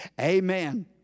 Amen